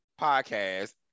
podcast